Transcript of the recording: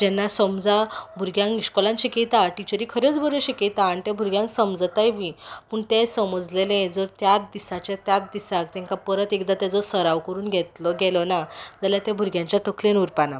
जेन्ना समजा भुरग्यांक इश्कोलान भुरग्यांक शिकयतां टिचऱ्यो खरेंच बरें शिकयता आनी तें भुरग्यांक समजताय बी पूण तें समजलेलें जर त्याच दिसाचें त्याच दिसा तेंकां परत एकदां तेजो सराव करून घेतलो गेलो ना जाल्यार तें भुरग्यांच्या तकलेन उरपा ना